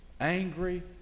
angry